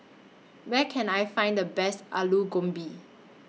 Where Can I Find The Best Alu Gobi